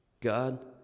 God